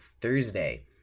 Thursday